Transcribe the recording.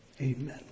Amen